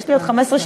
יש לי עוד 15 שניות.